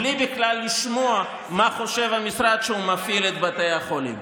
בלי לשמוע מה חושב המשרד שהוא מפעיל את בתי החולים.